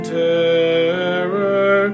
terror